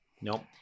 Nope